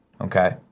okay